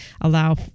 allow